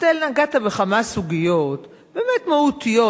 אתה נגעת בכמה סוגיות באמת מהותיות,